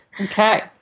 Okay